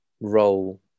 role